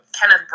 Kenneth